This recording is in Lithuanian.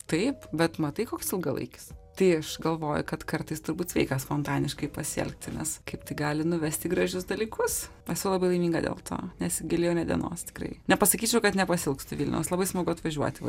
taip bet matai koks ilgalaikis tai aš galvoju kad kartais turbūt sveika spontaniškai pasielgti nes kaip tik gali nuvest į gražius dalykus esu labai laiminga dėl to nesigailėjau nė dienos tikrai nepasakyčiau kad nepasiilgstu vilniaus labai smagu atvažiuoti va